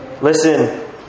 Listen